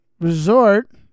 resort